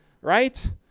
right